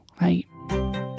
right